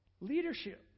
Leadership